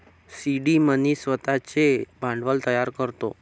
seed money स्वतःचे भांडवल तयार करतो